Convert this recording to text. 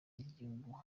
ry’igihugu